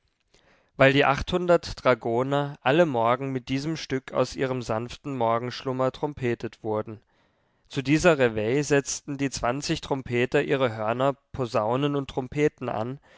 weil die achthundert dragoner alle morgen mit diesem stück aus ihrem sanften morgenschlummer trompetet wurden zu dieser reveille setzten die zwanzig trompeter ihre hörner posaunen und trompeten an